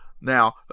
Now